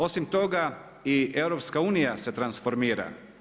Osim toga i EU se transformira.